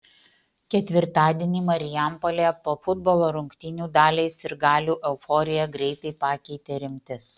ketvirtadienį marijampolėje po futbolo rungtynių daliai sirgalių euforiją greitai pakeitė rimtis